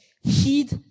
heed